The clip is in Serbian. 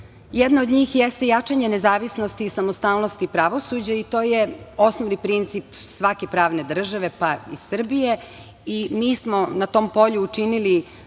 Jedna od njih jeste jačanje nezavisnosti i samostalnosti pravosuđa. To je osnovni princip svake pravne države, pa i Srbije. Mi smo na tom polju učinili